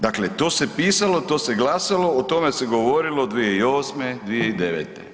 Dakle, to se pisalo, to se glasalo, o tome se govorilo 2008., 2009.